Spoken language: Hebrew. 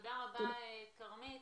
תודה רבה, כרמית.